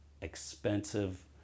expensive